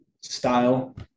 style